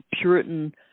Puritan